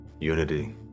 Unity